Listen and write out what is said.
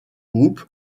groupe